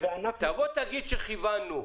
תבוא ותגיד שכיוונתם.